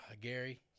Gary